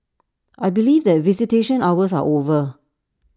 I believe that visitation hours are over